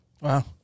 Wow